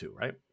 right